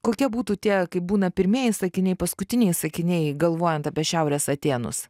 kokie būtų tie kaip būna pirmieji sakiniai paskutiniai sakiniai galvojant apie šiaurės atėnus